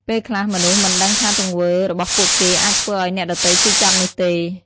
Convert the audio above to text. ពេលខ្លះ មនុស្សមិនដឹងថាទង្វើរបស់ពួកគេអាចធ្វើឱ្យអ្នកដទៃឈឺចាប់នោះទេ។